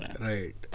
Right